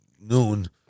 noon